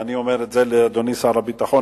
ואני אומר את זה לאדוני שר הביטחון,